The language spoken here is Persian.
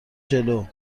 جلو